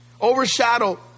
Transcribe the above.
Overshadow